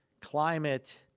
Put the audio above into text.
climate